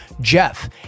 Jeff